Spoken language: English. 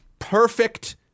perfect